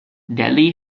delhi